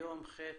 היום ח'